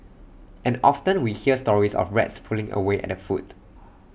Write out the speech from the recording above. and often we hear stories of rats pulling away at the food